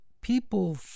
people